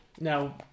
now